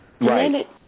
Right